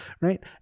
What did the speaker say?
Right